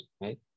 right